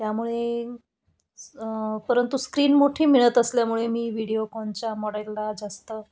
त्यामुळे परंतु स्क्रीन मोठी मिळत असल्यामुळे मी व्हिडिओकॉनच्या मॉडेलला जास्त